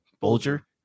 Bulger